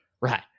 Right